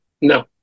no